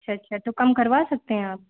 अच्छा अच्छा तो कम करवा सकते हैं आप